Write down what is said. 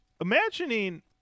imagining